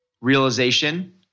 realization